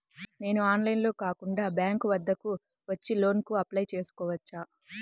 నేను ఆన్లైన్లో కాకుండా బ్యాంక్ వద్దకు వచ్చి లోన్ కు అప్లై చేసుకోవచ్చా?